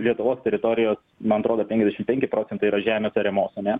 lietuvos teritorijos man atrodo penkiasdešim penki procentai yra žemės ariamos